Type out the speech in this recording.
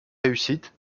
réussite